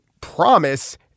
promise